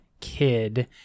kid